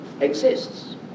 exists